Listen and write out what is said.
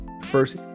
First